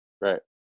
Right